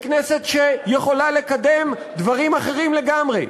לכנסת שיכולה לקדם דברים אחרים לגמרי.